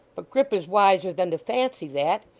but grip is wiser than to fancy that.